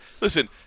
listen